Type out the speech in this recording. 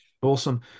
awesome